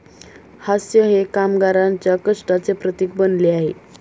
हास्य हे कामगारांच्या कष्टाचे प्रतीक बनले आहे